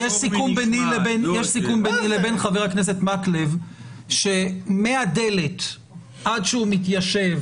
יש סיכום ביני לבין חבר הכנסת מקלב שמהדלת עד שהוא מתיישב